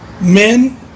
Men